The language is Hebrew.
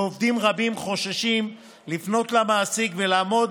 ועובדים רבים חוששים לפנות למעסיק ולעמוד